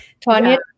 Tanya